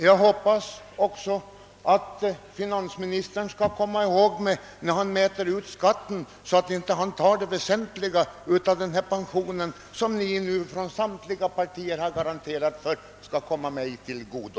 Jag hoppas att finansministern kommer ihåg mig när han mäter ut skatten, så att han inte tar den väsentliga delen av den pension som samtliga partier har garanterat skall komma mig till godo.